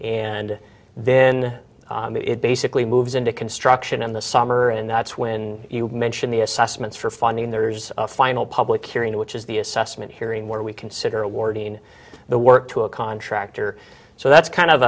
and then it basically moves into construction in the summer and that's when you mention the assessments for funding there's a final public hearing which is the assessment hearing where we consider awarding the work to a contractor so that's kind of